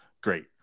great